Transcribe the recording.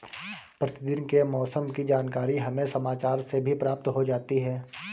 प्रतिदिन के मौसम की जानकारी हमें समाचार से भी प्राप्त हो जाती है